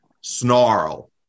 snarl